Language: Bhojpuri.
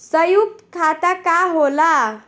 सयुक्त खाता का होला?